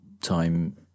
time